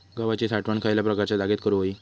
गव्हाची साठवण खयल्या प्रकारच्या जागेत करू होई?